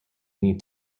need